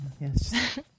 Yes